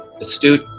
astute